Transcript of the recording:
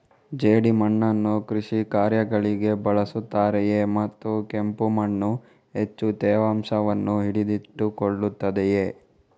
ಜೇಡಿಮಣ್ಣನ್ನು ಕೃಷಿ ಕಾರ್ಯಗಳಿಗೆ ಬಳಸುತ್ತಾರೆಯೇ ಮತ್ತು ಕೆಂಪು ಮಣ್ಣು ಹೆಚ್ಚು ತೇವಾಂಶವನ್ನು ಹಿಡಿದಿಟ್ಟುಕೊಳ್ಳುತ್ತದೆಯೇ?